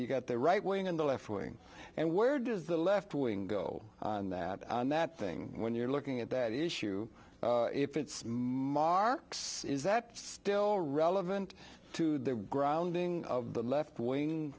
you've got the right wing and the left wing and where does the left wing go that that thing when you're looking at that issue if it's marks is that still relevant to the grounding of the left wing